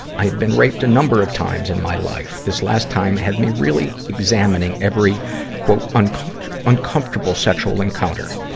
i have been raped a number of times in my life. this last time had me really examining every uncomfortable uncomfortable sexual encounter.